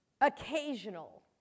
occasional